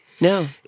No